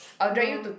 no